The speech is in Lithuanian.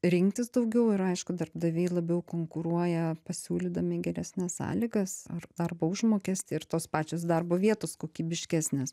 rinktis daugiau ir aišku darbdaviai labiau konkuruoja pasiūlydami geresnes sąlygas ar darbo užmokestį ir tos pačios darbo vietos kokybiškesnės